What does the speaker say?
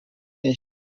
nicht